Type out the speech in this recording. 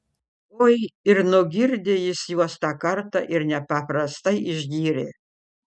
oi ir nugirdė jis juos tą kartą ir nepaprastai išgyrė